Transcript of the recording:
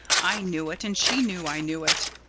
i knew it and she knew i knew it.